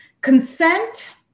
consent